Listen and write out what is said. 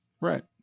Right